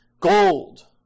gold